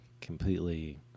completely